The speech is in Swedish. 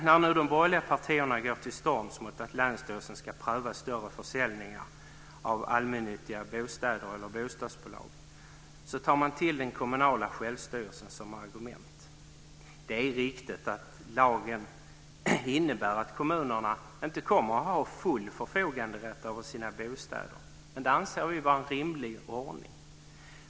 När de borgerliga partierna nu går till storms mot att länsstyrelsen ska pröva större försäljningar av allmännyttiga bostäder eller bostadsbolag tar man till den kommunala självstyrelsen som argument. Det är riktigt att lagen innebär att kommunerna inte kommer att ha full förfoganderätt över sina bostäder. Men det anser vi vara en rimlig ordning.